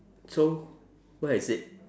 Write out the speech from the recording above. so where is it